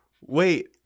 Wait